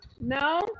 no